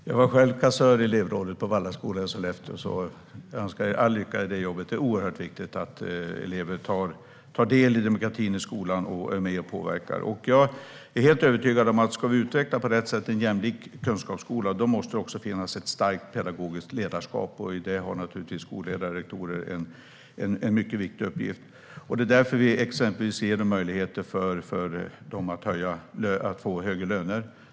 Herr talman! Jag var kassör i elevrådet på Vallaskolan i Sollefteå, så jag önskar er all lycka i det jobbet. Det är oerhört viktigt att elever tar del i demokratin i skolan och är med och påverkar. Jag är helt övertygad om att om vi på rätt sätt ska utveckla en jämlik kunskapsskola måste det finnas ett starkt pedagogiskt ledarskap. I det har skolledare och rektorer en mycket viktig uppgift. Det är därför vi exempelvis ger dem möjligheter att få högre lön.